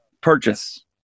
purchase